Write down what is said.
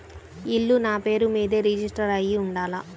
ఇల్లు నాపేరు మీదే రిజిస్టర్ అయ్యి ఉండాల?